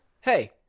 Hey